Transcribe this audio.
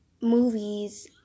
movies